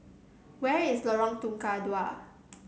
where is Lorong Tukang Dua